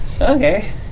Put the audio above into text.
Okay